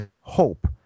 hope